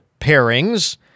pairings